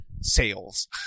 sales